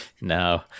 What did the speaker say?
No